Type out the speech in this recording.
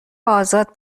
آزاد